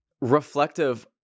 reflective